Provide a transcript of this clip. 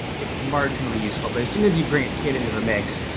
it's marginally useful. but as soon as you bring a kid into the mix,